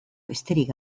besterik